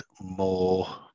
more